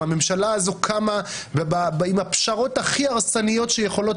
הממשלה הזו קמה עם הפשרות הכי הרסניות שיכולות